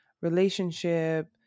relationship